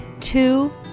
two